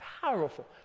powerful